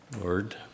Lord